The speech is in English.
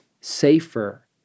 safer